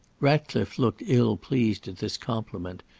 ratcliffe looked ill-pleased at this compliment,